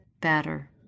better